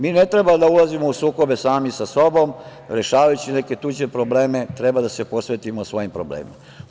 Mi ne treba da ulazimo u sukobe sami sa sobom, rešavajući neke tuđe probleme, treba da se posvetimo svojim problemima.